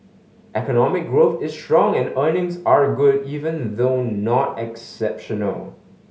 economic growth is strong and earnings are good even though not exceptional